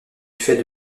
fait